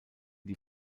die